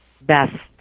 best